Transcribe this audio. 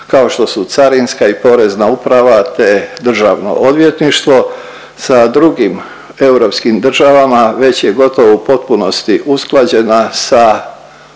kao što su Carinska i Porezna uprava te Državno odvjetništvo sa drugim europskim državama već je gotovo u potpunosti usklađena sa